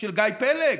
של גיא פלג?